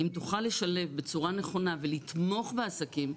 אם תוכל לשלב בצורה נכונה ולתמוך בעסקים,